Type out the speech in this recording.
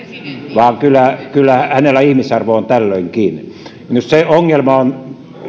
vaan kyllä kyllä hänellä ihmisarvo on tällöinkin minusta se ongelma on